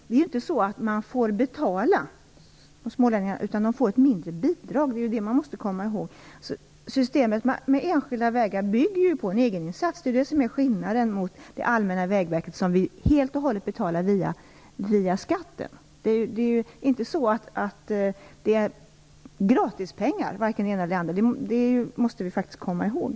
Det är ju inte fråga om att smålänningarna skall betala, utan de får ett mindre bidrag. Det måste man komma ihåg. Systemet med enskilda vägar bygger på en egeninsats. Det är det som är skillnaden mot det allmänna vägnätet som helt och hållet betalas via skatter. Det är inte fråga om några gratispengar, det måste vi faktiskt komma ihåg.